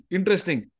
Interesting